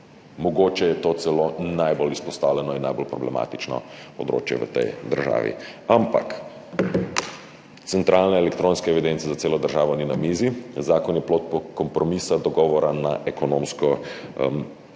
mogoče je to celo najbolj izpostavljeno in najbolj problematično področje v tej državi, ampak centralne elektronske evidence za celo državo ni na mizi. Zakon je plod kompromisa, dogovora na Ekonomsko-socialnem